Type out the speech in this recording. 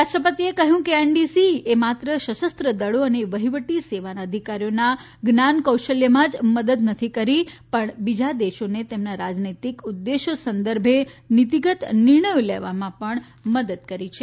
રાષ્ટ્રપતિએ કહ્યું કે એનડીસી એ માત્ર સશસ્ત્ર દળો અને વહીવટી સેવાના અધિકારીઓને જ્ઞાન કૌશલ્યમાં વધારવામાં જ મદદ નથી કરી પણ બીજા દેશોને તેમના રાજનૈતિક ઉદેશ્યો સંદર્ભે નિતિગત નિર્ણયો લેવામાં મદદ કરી છે